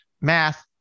math